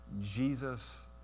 Jesus